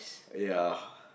ya